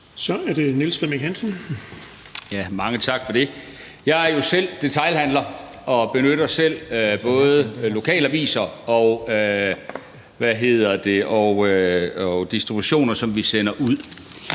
Kl. 19:55 Niels Flemming Hansen (KF): Mange tak for det. Jeg er jo selv detailhandler og benytter både lokalaviser og distributioner, som vi sender ud.